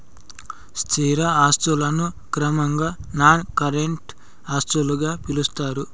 స్థిర ఆస్తులను క్రమంగా నాన్ కరెంట్ ఆస్తులుగా పిలుత్తారు